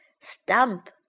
Stump